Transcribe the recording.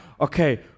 okay